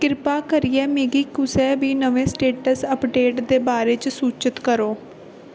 किरपा करियै मिगी कुसै बी नमें स्टेटस अपडेट दे बारे च सूचत करो